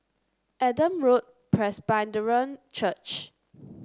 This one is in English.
Adam Road Presbyterian Church